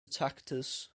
tacitus